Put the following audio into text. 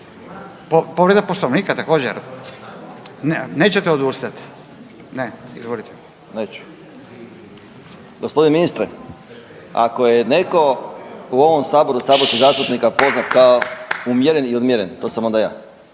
Povreda Poslovnika, također? Nećete odustati? Ne? Izvolite. **Pavić, Željko (Nezavisni)** Gospodine ministre, ako je netko u ovom saboru od saborskih zastupnika poznat kao umjeren i odmjeren to sam onda ja